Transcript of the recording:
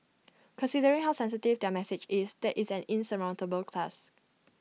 considering how sensitive their message is that is an insurmountable class